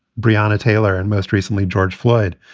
but ah and taylor and most recently, george floyd.